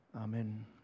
Amen